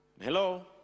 Hello